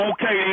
Okay